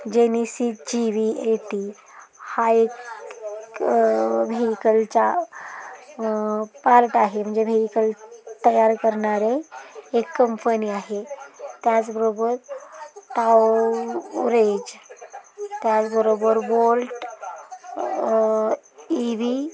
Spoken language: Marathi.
जेन इ सी जी व्ही एटी हा एक व्हेकलच्या पार्ट आहे म्हणजे व्हेईकल तयार करणारे एक कंपनी आहे त्याचबरोबर टाव रेज त्याचबरोबर बोल्ट ई व्ही